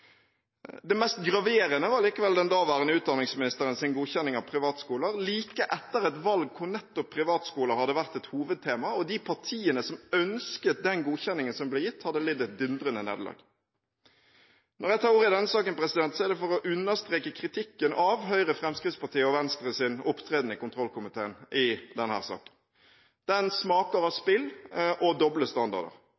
Det mest graverende var likevel den daværende utdanningsministerens godkjenning av privatskoler, like etter et valg hvor nettopp privatskoler hadde vært et hovedtema, der de partiene som ønsket den godkjenningen som ble gitt, hadde lidd et dundrende nederlag. Når jeg tar ordet i denne saken, er det for å understreke kritikken av Høyre, Fremskrittspartiet og Venstres opptreden i kontrollkomiteen i denne saken. Den